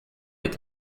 est